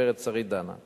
הגברת שרית דנה,